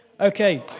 Okay